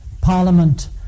Parliament